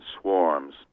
swarms